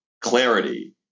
clarity